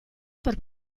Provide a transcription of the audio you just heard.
per